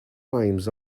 rhymes